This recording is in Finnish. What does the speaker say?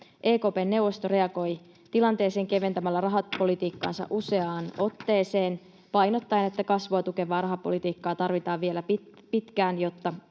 EKP:n neuvosto reagoi tilanteeseen keventämällä rahapolitiikkaansa useaan otteeseen painottaen, että kasvua tukevaa rahapolitiikkaa tarvitaan vielä pitkään, jotta